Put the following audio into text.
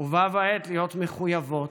ובה בעת להיות מחויבות